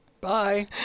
bye